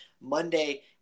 Monday